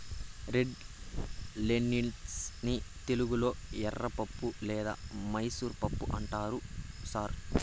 red lentils ని తెలుగులో ఎర్రపప్పు లేదా మైసూర్ పప్పు అంటారు సార్